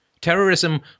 Terrorism